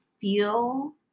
feel